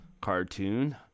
cartoon